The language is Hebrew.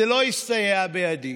זה לא הסתייע בידי.